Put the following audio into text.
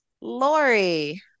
Lori